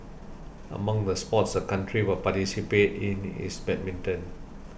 among the sports the country will participate in is badminton